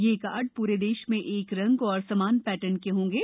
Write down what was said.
यह कार्ड पूरे देश में एक रंग एवं समान पेटर्न के होंगे